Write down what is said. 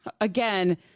again